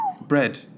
Bread